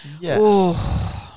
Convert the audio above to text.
Yes